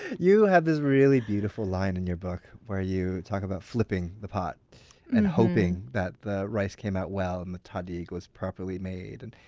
you have this beautiful line in your book where you talk about flipping the pot and hoping that the rice came out well and the tahdig was properly made. and